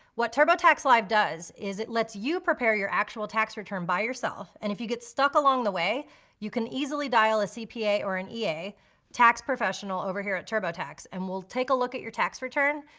what turbotax live does is it lets you prepare your actual tax return by yourself. and if you get stuck along the way you can easily dial a cpa or an ea, tax professional over here at turbotax, and we'll take a look at your tax return,